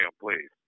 please